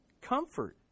comfort